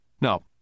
Now